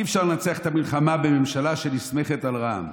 אי-אפשר לנצח את המלחמה בממשלה שנסמכת על רע"מ.